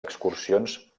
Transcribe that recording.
excursions